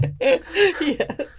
yes